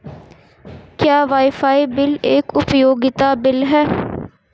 क्या wifi bill एक उपयोगिता बिल है?